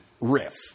riff